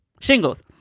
Shingles